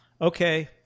okay